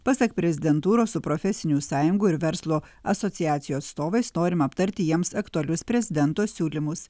pasak prezidentūros su profesinių sąjungų ir verslo asociacijų atstovais norima aptarti jiems aktualius prezidento siūlymus